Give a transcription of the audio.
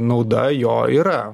nauda jo yra